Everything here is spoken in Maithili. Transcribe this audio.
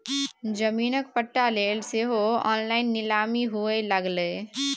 जमीनक पट्टा लेल सेहो ऑनलाइन नीलामी हुअए लागलै